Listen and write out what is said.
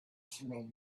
smelled